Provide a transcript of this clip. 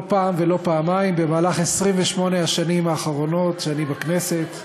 פעם ולא פעמיים ב-28 השנים האחרונות שאני בכנסת.